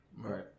right